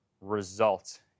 results